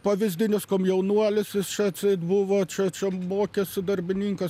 pavyzdinis komjaunuolis jis čia atseit buvo čia čia mokėsi darbininkas